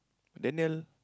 Daniel